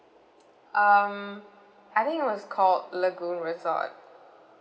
um I think it was called lagoon resort